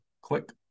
Click